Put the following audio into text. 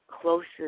closest